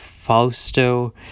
Fausto